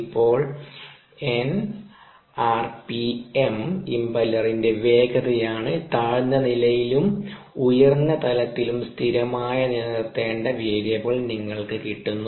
ഇപ്പോൾ n r p m ഇംപെല്ലറിന്റെ വേഗതയാണ് താഴ്ന്ന നിലയിലും ഉയർന്ന തലത്തിലും സ്ഥിരമായി നിലനിർത്തേണ്ട വേരിയബിൾ നിങ്ങൾക്ക് കിട്ടുന്നു